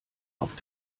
auf